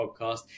podcast